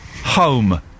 home